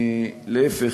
להפך,